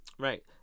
Right